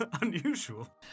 unusual